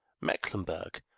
mecklenburg